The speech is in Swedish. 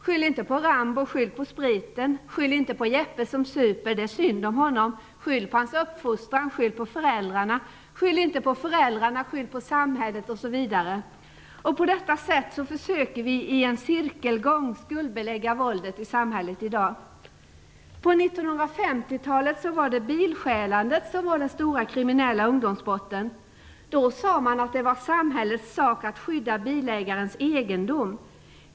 Skyll inte på Rambo - skyll på spriten! Skyll inte på Jeppe som super - det är synd om honom. Skyll på hans uppfostran - skyll på föräldrarna! Skyll inte på föräldrarna - skyll på samhället, osv. På detta sätt försöker vi i en cirkelgång skuldbelägga våldet i samhället i dag. På 1950-talet var bilstjälandet den stora kriminella ungdomssporten. Då sade man att det var samhällets sak att skydda bilägarens egendom.